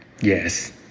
Yes